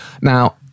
Now